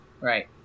Right